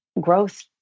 growth